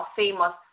famous